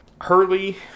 hurley